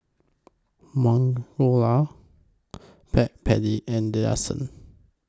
Magnolia Backpedic and Delsey